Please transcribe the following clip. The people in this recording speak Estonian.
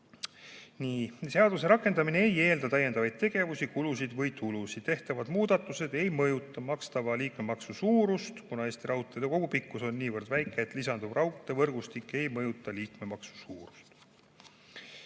Seaduse rakendamine ei eelda täiendavaid tegevusi, kulusid või tulusid. Tehtavad muudatused ei mõjuta makstava liikmemaksu suurust, kuna Eesti raudteede kogupikkus on nii väike, et lisanduv raudteevõrgustik ei mõjuta liikmemaksu suurust.